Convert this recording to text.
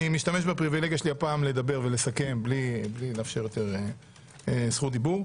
אני משתמש בפריבילגיה שלי הפעם לדבר ולסכם בלי לאפשר יותר זכות דיבור.